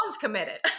committed